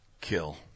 Kill